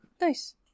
Nice